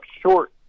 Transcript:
short